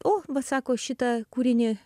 o va sako šitą kūrinį